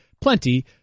plenty